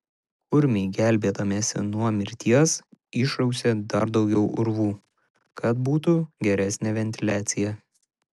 kurmiai gelbėdamiesi nuo mirties išrausė dar daugiau urvų kad būtų geresnė ventiliacija